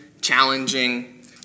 challenging